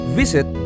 visit